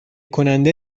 کننده